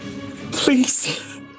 Please